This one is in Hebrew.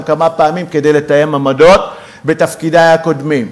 כמה פעמים כדי לתאם עמדות בתפקידי הקודמים,